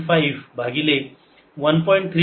5 भागिले 1